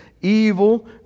evil